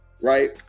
Right